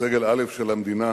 סגל א' של המדינה,